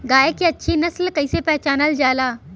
गाय के अच्छी नस्ल कइसे पहचानल जाला?